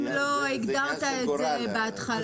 אם לא הגדרת את זה בהתחלה,